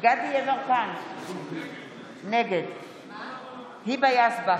גדי יברקן, נגד היבה יזבק,